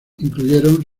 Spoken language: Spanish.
incluyeron